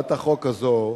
הצעת החוק הזאת